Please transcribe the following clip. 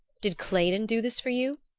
did claydon do this for you?